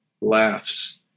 laughs